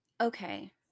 Okay